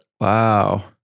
Wow